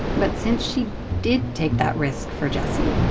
but since she did take that risk for jessie,